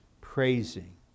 Praising